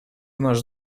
наш